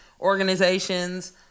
organizations